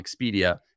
Expedia